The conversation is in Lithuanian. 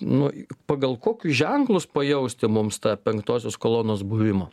nu pagal kokius ženklus pajausti mums tą penktosios kolonos buvimą